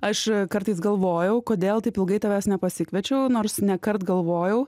aš kartais galvojau kodėl taip ilgai tavęs nepasikviečiau nors nekart galvojau